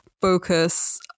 focus